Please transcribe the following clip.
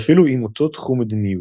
ואפילו עם אותו תחום מדיניות.